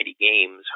games